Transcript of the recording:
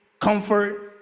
comfort